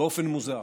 באופן מוזר,